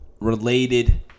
related